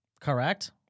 correct